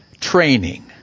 training